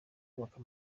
yubaka